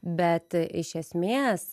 bet iš esmės